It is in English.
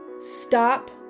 stop